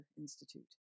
Institute